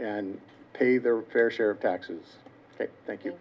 and pay their fair share of taxes thank you